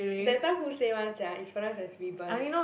that time who say [one] sia it's pronounced as ribbons